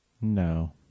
No